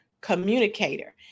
communicator